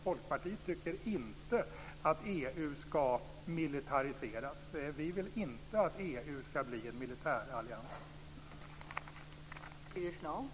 Folkpartiet tycker inte att EU skall militariseras. Vi vill inte att EU skall bli en militärallians.